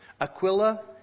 Aquila